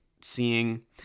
seeing